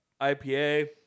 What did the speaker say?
IPA